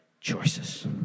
choices